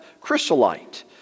chrysolite